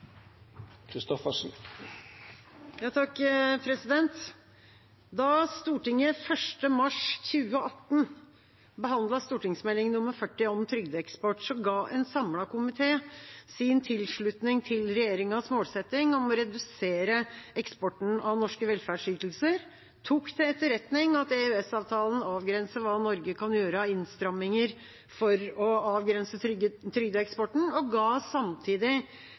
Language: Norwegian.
Da Stortinget 1. mars 2018 behandlet Meld. St. 40 for 2016–2017, om trygdeeksport, ga en samlet komité sin tilslutning til regjeringas målsetting om å redusere eksporten av norske velferdsytelser, tok til etterretning at EØS-avtalen avgrenser hva Norge kan gjøre av innstramminger for å avgrense trygdeeksporten, og ga samtidig